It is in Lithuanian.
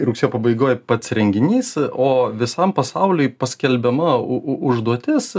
rugsėjo pabaigoj pats renginys o visam pasauliui paskelbiama užduotis